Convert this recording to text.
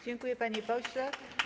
Dziękuję, panie pośle.